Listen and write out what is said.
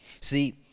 See